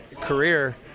career